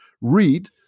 read